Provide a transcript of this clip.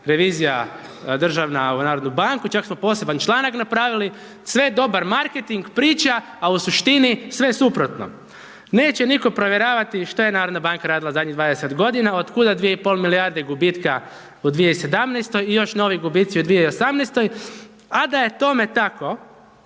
revija državna u narodnu banku, čak smo poseban članak napravili, sve dobar marketing, priča, a u suštini sve suprotno. Neće nitko provjeravati što je narodna banka radila u zadnjih 20 godina, od kuda 2,5 milijarde gubitka u 2017. i još novi gubicu u 2018., a da je tome tako,